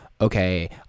okay